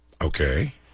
Okay